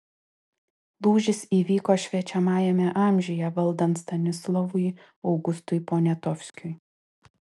lūžis įvyko šviečiamajame amžiuje valdant stanislovui augustui poniatovskiui